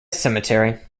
cemetery